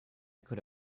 could